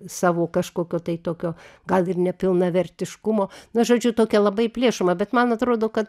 savo kažkokio tai tokio gal ir nepilnavertiškumo na žodžiu tokia labai plėšoma bet man atrodo kad